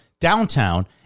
downtown